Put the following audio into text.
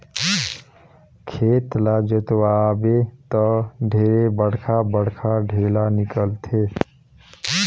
खेत ल जोतवाबे त ढेरे बड़खा बड़खा ढ़ेला निकलथे